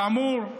חמור,